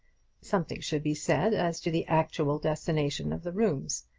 something should be said as to the actual destination of the rooms.